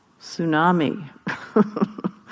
tsunami